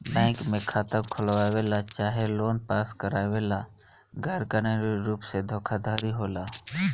bank में खाता खोलवावे ला चाहे लोन पास करावे ला गैर कानूनी रुप से धोखाधड़ी होला